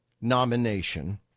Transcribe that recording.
nomination